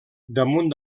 damunt